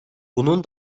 bunun